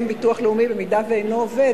במידה שאינו עובד,